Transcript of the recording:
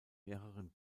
mehreren